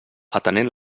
atenent